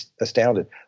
astounded